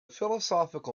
philosophical